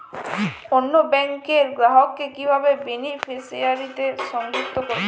অন্য ব্যাংক র গ্রাহক কে কিভাবে বেনিফিসিয়ারি তে সংযুক্ত করবো?